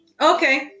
Okay